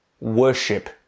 Worship